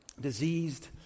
diseased